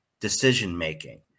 decision-making